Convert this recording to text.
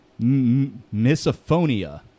misophonia